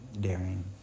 daring